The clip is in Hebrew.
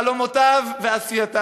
חלומותיו ומעשיו,